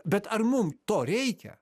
bet ar mum to reikia